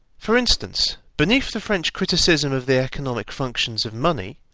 for instance, beneath the french criticism of the economic functions of money,